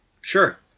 Sure